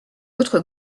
autre